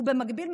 ובמקביל,